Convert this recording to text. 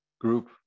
group